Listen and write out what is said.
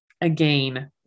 again